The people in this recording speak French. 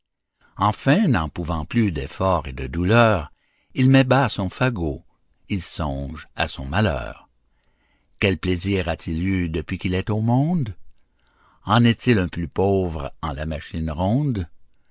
enfin n'en pouvant plus d'effort et de douleur il met bas son fagot il songe à son malheur quel plaisir a-t-il eu depuis qu'il est au monde en est-il un plus pauvre en la machine ronde